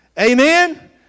Amen